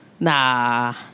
Nah